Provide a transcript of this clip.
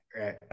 right